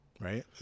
Right